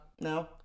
No